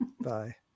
Bye